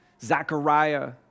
Zachariah